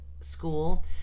school